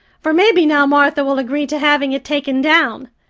for maybe now martha will agree to having it taken down.